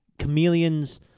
chameleons